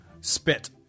Spit